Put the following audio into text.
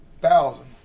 thousand